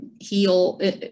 Heal